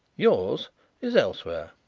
yours is elsewhere.